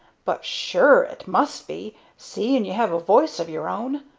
but sure it must be, seeing you have a voice of your own,